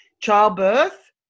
childbirth